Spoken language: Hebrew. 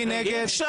מי נגד?